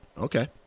okay